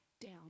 down